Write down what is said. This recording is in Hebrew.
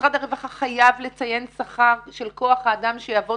משרד הרווחה חייב לציין שכר של כוח האדם שיעבוד